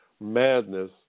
madness